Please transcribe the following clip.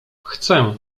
chcę